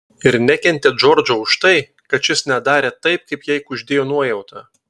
ir nekentė džordžo už tai kad šis nedarė taip kaip jai kuždėjo nuojauta